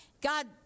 God